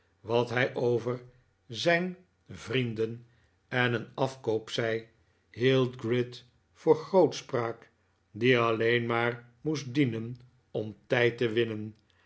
wat hij over zijn vrienden en een afkoop zei hield gride voor grootspraak die alleen maar moest dienen om tijd te winnen